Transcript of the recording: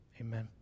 amen